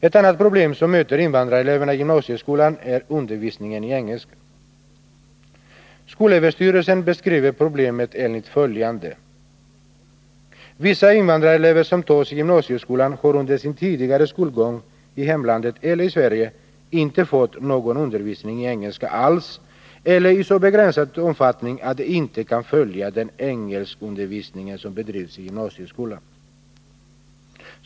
Ett annat problem som möter invandrareleverna i gymnasieskolan är undervisningen i engelska. Skolöverstyrelsen beskriver problemet enligt följande. Vissa invandrarelever som tas in i gymnasieskolan har under sin tidigare skolgång, i hemlandet eller i Sverige, inte fått någon undervisning alls i engelska, eller i så begränsad omfattning att de inte kan följa den engelskundervisning som bedrivs i gymnasieskolan.